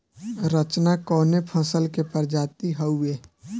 रचना कवने फसल के प्रजाति हयुए?